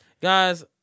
Guys